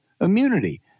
immunity